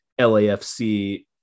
LAFC